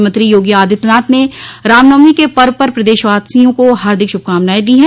मुख्यमंत्री योगी आदित्यनाथ ने राम नवमी के पर्व पर प्रदशवासियों को हार्दिक श्रभकामनाएं दी है